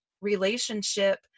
relationship